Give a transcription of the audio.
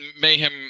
Mayhem